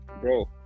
Bro